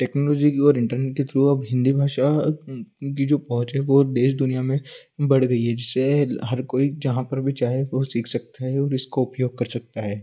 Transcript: technology और internet के through अब हिन्दी भाषा की जो पहुँच है वह देश दुनिया में बढ़ गई है जिससे हर कोई जहाँ पर भी चाहे वह सीख सकता है और इसका उपयोग कर सकता है